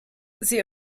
sie